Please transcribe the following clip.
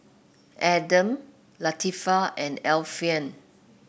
Adam Latifa and Alfian